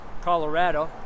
Colorado